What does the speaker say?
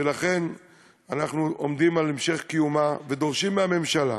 ולכן אנחנו עומדים על המשך קיומה ודורשים מהממשלה,